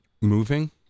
moving